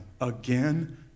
again